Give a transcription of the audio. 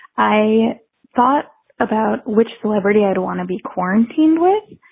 i thought about which celebrity i'd want to be quarantined with.